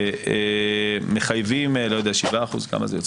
כמה זה?